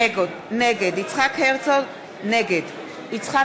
נגד יצחק וקנין,